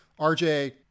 RJ